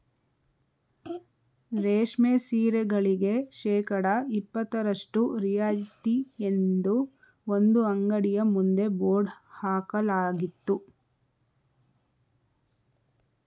ರೇಷ್ಮೆ ಸೀರೆಗಳಿಗೆ ಶೇಕಡಾ ಇಪತ್ತರಷ್ಟು ರಿಯಾಯಿತಿ ಎಂದು ಒಂದು ಅಂಗಡಿಯ ಮುಂದೆ ಬೋರ್ಡ್ ಹಾಕಲಾಗಿತ್ತು